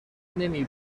نمی